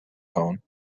phone